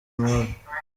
moore